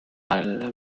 alle